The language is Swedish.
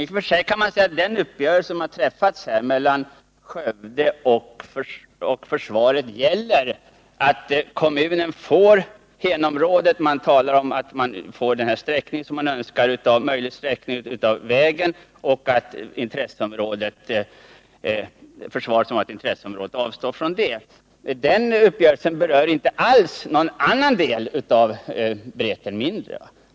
I och för sig kan man säga att den uppgörelse som träffats mellan Skövde kommun och försvaret gäller att kommunen får Heneområdet, vidare möjlighet att ge vägen den önskade sträckningen och att försvaret avstår från sitt intresseområde. Den uppgörelsen berör inte alls gränserna för alternativet Vreten mindre.